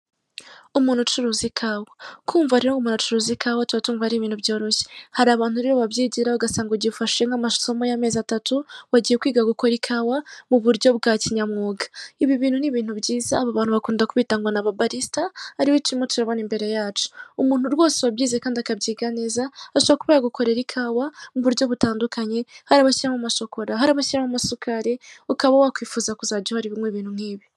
Ni ibyapa byometse kunzu, hagati yabyo hamanukamo itiyo, ijyana amazi kimwe kibanza ibumoso, gishushanyijeho ibikapu bibiri, ndetse n'ishusho y'umuntu ishushanyishije ikaramu. Ikindi na cyo kirimo amabara y'umuhondo.